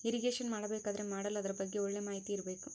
irrigation ಮಾಡಬೇಕಾದರೆ ಮಾಡಲು ಅದರ ಬಗ್ಗೆ ಒಳ್ಳೆ ಮಾಹಿತಿ ಇರ್ಬೇಕು